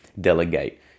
delegate